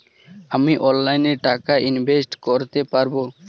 আমি অনলাইনে টাকা ইনভেস্ট করতে পারবো?